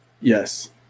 yes